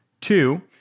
Two